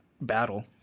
battle